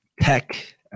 tech